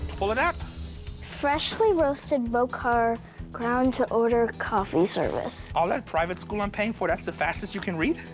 pull it out. tatianna freshly roasted bokar ground to order coffee service. all that private school i'm paying for, that's the fastest you can read?